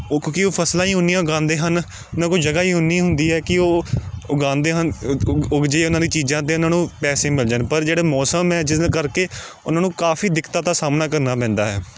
ਉਹ ਕਿਉਂਕਿ ਉਹ ਫਸਲਾਂ ਹੀ ਓਨੀਆਂ ਉਗਾਉਂਦੇ ਹਨ ਉਹਨਾਂ ਕੋਲ ਜਗ੍ਹਾ ਹੀ ਓਨੀ ਹੁੰਦੀ ਹੈ ਕਿ ਉਹ ਉਗਾਉਂਦੇ ਹਨ ਜੇ ਉਹਨਾਂ ਦੀਆਂ ਚੀਜ਼ਾਂ ਦੇ ਉਹਨਾਂ ਨੂੰ ਪੈਸੇ ਮਿਲ ਜਾਣ ਪਰ ਜਿਹੜੇ ਮੌਸਮ ਹੈ ਜਿਸ ਕਰਕੇ ਉਹਨਾਂ ਨੂੰ ਕਾਫੀ ਦਿੱਕਤਾਂ ਦਾ ਸਾਹਮਣਾ ਕਰਨਾ ਪੈਂਦਾ ਹੈ